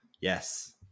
Yes